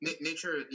Nature